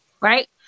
Right